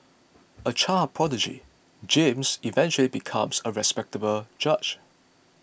a child prodigy James eventually becomes a respectable judge